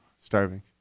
Starving